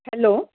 hello